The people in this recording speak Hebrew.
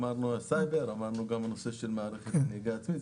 דיברנו על הסייבר וגם על מערכת נהיגה עצמית.